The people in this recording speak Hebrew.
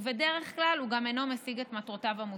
ובדרך כלל הוא גם אינו משיג את מטרותיו המוצהרות.